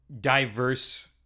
diverse